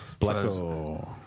Blacko